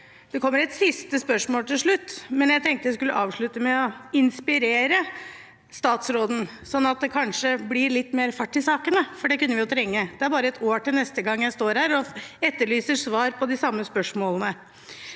det kommer et siste spørsmål til slutt. Men jeg tenkte jeg skulle avslutte med å inspirere statsråden, sånn at det kanskje blir litt mer fart i sakene, for det kunne vi trenge. Det er bare et år til neste gang jeg står her og etterlyser svar på de samme spørsmålene.